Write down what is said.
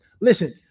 Listen